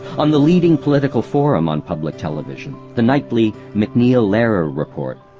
on the leading political forum on public television, the nightly macneil-lehrer report,